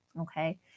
Okay